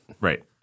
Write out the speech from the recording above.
Right